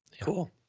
Cool